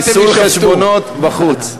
חיסול חשבונות, בחוץ.